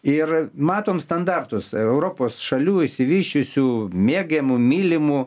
ir matom standartus europos šalių išsivysčiusių mėgiamų mylimų